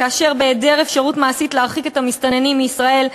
בהיעדר אפשרות מעשית להרחיק את המסתננים מישראל,